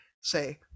say